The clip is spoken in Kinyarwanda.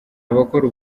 abakora